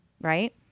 Right